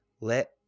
let